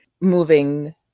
moving